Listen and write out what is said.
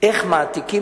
איך מעתיקים